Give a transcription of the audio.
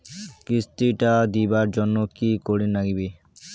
কিস্তি টা দিবার জন্যে কি করির লাগিবে?